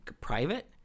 private